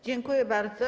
Dziękuję bardzo.